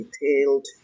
detailed